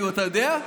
אתה יודע?